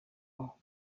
aho